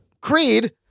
Creed